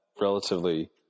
relatively